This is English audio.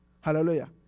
Hallelujah